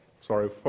sorry